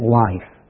life